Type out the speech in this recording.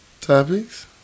Topics